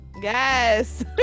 Yes